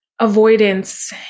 avoidance